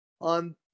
on